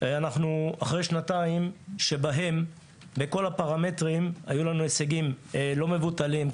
אנחנו אחרי שנתיים שבהם בכל הפרמטרים היו לנו הישגים לא מבוטלים,